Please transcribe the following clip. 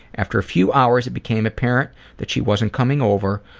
after a few hours it became apparent that she wasn't coming over